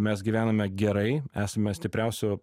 mes gyvename gerai esame stipriausio